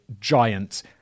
giant